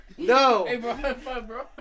No